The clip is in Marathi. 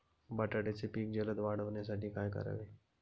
बटाट्याचे पीक जलद वाढवण्यासाठी काय करावे?